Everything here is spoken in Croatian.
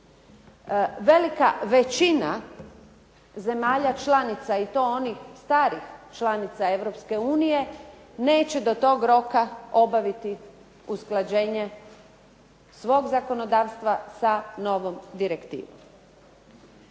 velika većina zemalja članica i to onih starih članica Europske unije neće do tog roka obaviti usklađenje svog zakonodavstva sa novom direktivom.